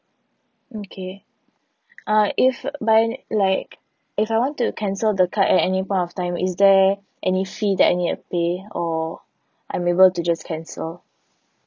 okay uh if by like if I want to cancel the card at any point of time is there any fee that I need to pay or I'm able to just cancel